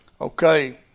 Okay